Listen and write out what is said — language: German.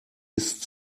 ist